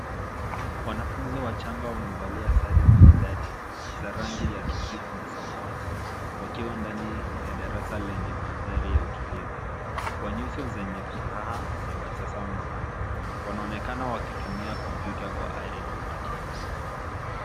Wanafunzi wachanga wamevalia sare maridadi za rangi ya kijivu na samawati wakiwa ndani ya darasa lenye mandhari ya utulivu. Kwa nyuso zenye furaha na bashasha mpana. Wanaonekana wakitumia kompyuta kwa ari na umakini.